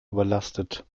überlastet